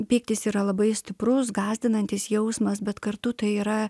pyktis yra labai stiprus gąsdinantis jausmas bet kartu tai yra